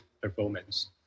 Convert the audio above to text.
performance